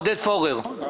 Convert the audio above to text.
עודד פורר, בבקשה.